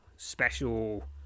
Special